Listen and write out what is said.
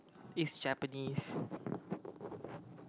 is Japanese